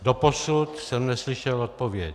Doposud jsem neslyšel odpověď.